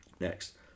Next